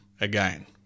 again